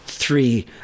Three